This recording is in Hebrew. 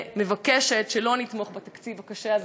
ומבקשת שלא נתמוך בתקציב הקשה הזה.